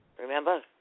Remember